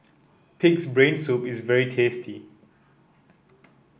pig's brain soup is very tasty